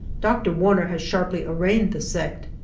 dr. warner has sharply arraigned the sect.